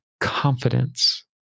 confidence